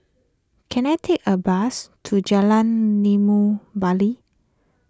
can I take a bus to Jalan Limau Bali